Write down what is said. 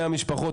מאה משפחות,